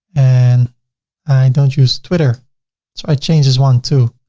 and i don't use twitter. so i change this one to